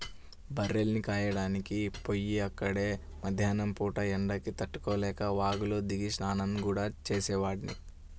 బర్రెల్ని కాయడానికి పొయ్యి అక్కడే మద్దేన్నం పూట ఎండకి తట్టుకోలేక వాగులో దిగి స్నానం గూడా చేసేవాడ్ని